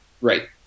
Right